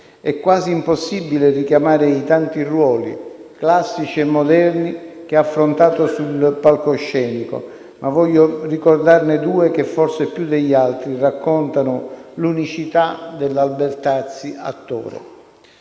È quasi impossibile richiamare i tanti ruoli, classici e moderni, che ha affrontato sul palcoscenico, ma voglio ricordarne due che forse più degli altri raccontano l'unicità dell'Albertazzi attore.